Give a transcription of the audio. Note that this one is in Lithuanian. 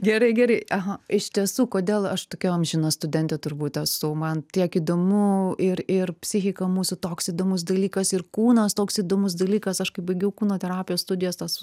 gerai gerai aha iš tiesų kodėl aš tokia amžina studentė turbūt esu man tiek įdomu ir ir psichika mūsų toks įdomus dalykas ir kūnas toks įdomus dalykas aš kai baigiau kūno terapijos studijas tas